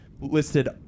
Listed